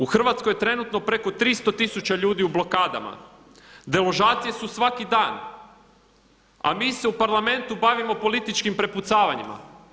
U Hrvatskoj je trenutno preko 300 tisuća ljudi u blokadama, deložacije su svaki dan, a mi se u Parlamentu bavimo političkim prepucavanjima.